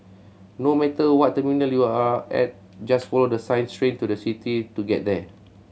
no matter what terminal you are at just follow the signs Train to the City to get there